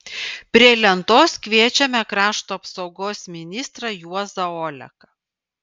prie lentos kviečiame krašto apsaugos ministrą juozą oleką